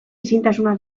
ezintasuna